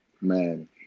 man